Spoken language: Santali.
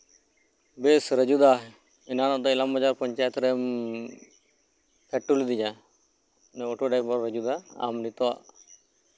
ᱵᱮᱥ ᱨᱟᱹᱡᱩᱫᱟ ᱮᱱᱟᱱ ᱤᱞᱟᱢ ᱵᱟᱡᱟᱨ ᱯᱚᱧᱪᱟᱭᱮᱛ ᱨᱮᱢ ᱯᱷᱮᱰ ᱦᱚᱴᱚ ᱞᱤᱫᱤᱧᱟ ᱚᱴᱳ ᱰᱨᱟᱭᱵᱷᱟᱨ ᱨᱟᱹᱡᱩ ᱫᱟ ᱟᱢ ᱱᱤᱛᱚᱜ